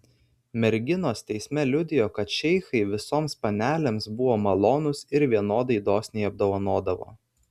merginos teisme liudijo kad šeichai visoms panelėms buvo malonūs ir vienodai dosniai apdovanodavo